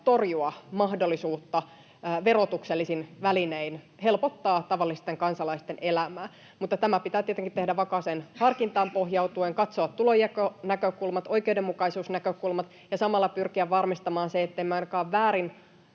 torjua mahdollisuutta verotuksellisin välinein helpottaa tavallisten kansalaisten elämää. Mutta tämä pitää tietenkin tehdä vakaaseen harkintaan pohjautuen, katsoa tulonjakonäkökulmat ja oikeudenmukaisuusnäkökulmat ja samalla pyrkiä varmistamaan se, ettemme ainakaan väärällä